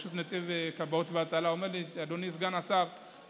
נציב שירות כבאות והצלה: אדוני סגן השר,